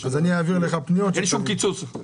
אין שום קיצוץ.